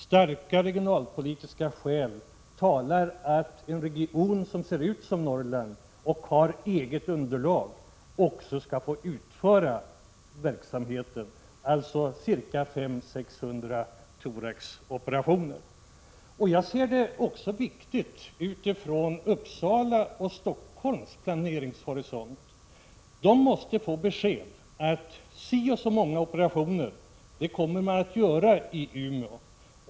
Starka regionalpolitiska skäl talar för att en region som ser ut som Norrland och har eget underlag också skall få bedriva verksamheten, alltså utföra ca 500-600 thoraxoperationer. Jag ser det också som viktigt utifrån Uppsalas och Stockholms planeringshorisonter att det ges besked i denna fråga. De måste få besked om att ett visst antal operationer kommer att utföras i Umeå.